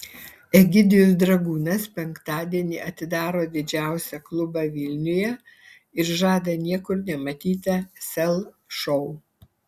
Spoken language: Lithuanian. egidijus dragūnas penktadienį atidaro didžiausią klubą vilniuje ir žada niekur nematytą sel šou